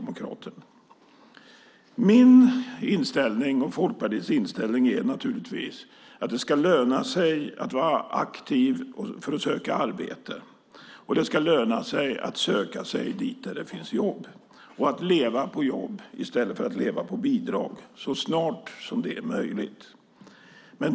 Min och Folkpartiets inställning är naturligtvis att det ska löna sig att aktivt söka arbete. Det ska löna sig att söka sig dit där det finns jobb och att leva på jobb i stället för att leva på bidrag så snart detta är möjligt.